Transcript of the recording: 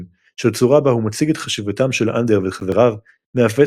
שהצורה בה הוא מציג את חשיבתם של אנדר וחבריו מעוותת